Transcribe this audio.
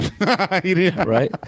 Right